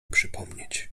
przypomnieć